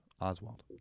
Oswald